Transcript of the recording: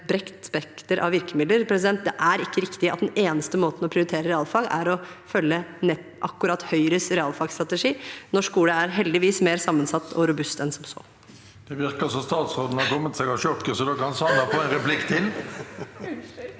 bredt spekter av virkemidler. Det er ikke riktig at den eneste måten å prioritere realfag på, er å følge akkurat Høyres realfagstrategi. Norsk skole er heldigvis mer sammensatt og robust enn som så.